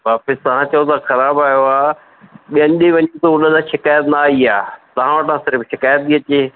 वापसि तव्हां चयो था ख़राबु आयो आहे ॿियनि ॾे वञे थो हुन था शिकायत न आई आहे तव्हां वटां सिर्फ़ु शिकायत थी अचे